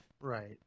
Right